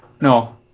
no